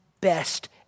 best